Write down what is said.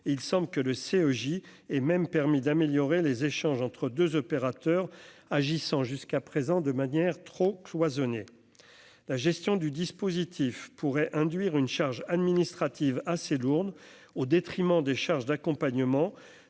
il semble que le CO et même permis d'améliorer les échanges entre 2 opérateurs agissant jusqu'à présent de manière trop cloisonné, la gestion du dispositif pourrait induire une charge administrative assez lourde au détriment des charges d'accompagnement